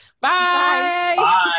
Bye